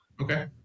Okay